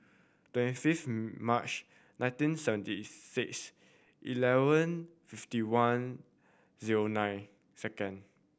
twenty fifth March nineteen seventy six eleven fifty one zero nine second